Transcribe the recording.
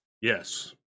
Yes